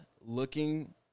looking